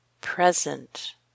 present